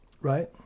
right